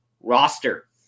roster